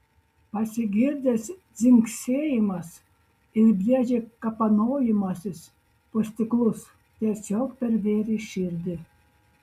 pasigirdęs dzingsėjimas ir briedžio kapanojimasis po stiklus tiesiog pervėrė širdį